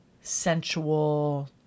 sensual